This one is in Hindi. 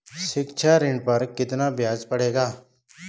शिक्षा ऋण पर कितना ब्याज पड़ेगा?